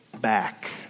back